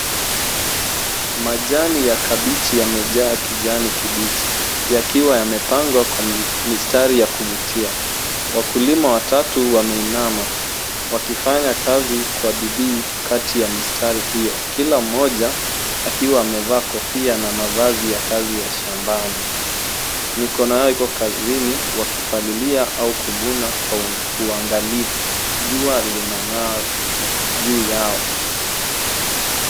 Majani ya kabichi yamejaa kijani kibichi, yakiwa yamepangwa kwa mistari ya kuvutia. Wakulima watatu wameinama wakifanya kazi kwa bidii kati ya mistari hiyo, kila mmoja akiwa amevaa kofia na mavazi ya kazi ya shambani. Mikono yao iko kazini wakipalilia au kuvuna kwa uangalifu. Jua linang'aa juu yao.